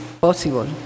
possible